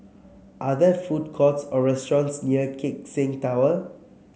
are there food courts or restaurants near Keck Seng Tower